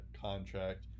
contract